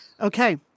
Okay